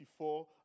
1984